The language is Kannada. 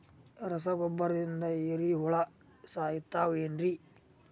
ರಸಗೊಬ್ಬರದಿಂದ ಏರಿಹುಳ ಸಾಯತಾವ್ ಏನ್ರಿ?